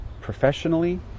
professionally